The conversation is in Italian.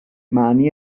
mani